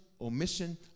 omission